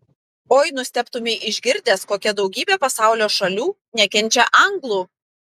oi nustebtumei išgirdęs kokia daugybė pasaulio šalių nekenčia anglų